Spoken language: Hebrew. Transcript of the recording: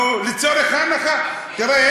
תראה,